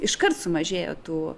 iškart sumažėjo tų